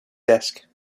desk